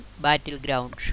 battleground